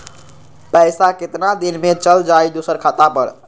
पैसा कितना दिन में चल जाई दुसर खाता पर?